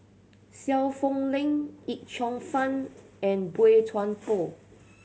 Seow Poh Leng Yip Cheong Fun and Boey Chuan Poh